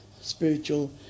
spiritual